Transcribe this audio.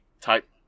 type